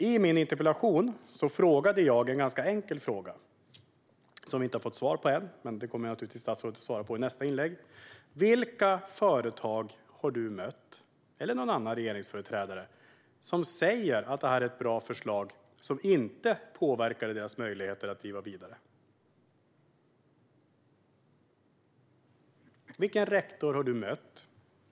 I min interpellation ställde jag en ganska enkel fråga, som vi inte har fått svar på ännu. Statsrådet kommer naturligtvis att svara på den i nästa inlägg. Vilka företag har du eller någon annan regeringsföreträdare mött som säger att detta är ett bra förslag som inte påverkar deras möjligheter att driva vidare? Vilken rektor har du mött?